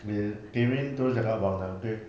dia cakap abang lah okay